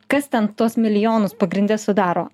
kas ten tuos milijonus pagrinde sudaro